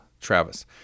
Travis